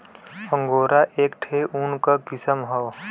angora एक ठे ऊन क किसम हौ